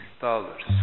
dollars